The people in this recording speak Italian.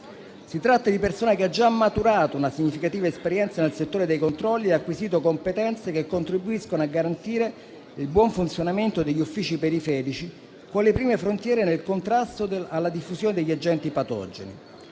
Si tratta di personale che ha già maturato una significativa esperienza nel settore dei controlli e ha acquisito competenze che contribuiscono a garantire il buon funzionamento degli uffici periferici, con le prime frontiere, nel contrasto alla diffusione degli agenti patogeni.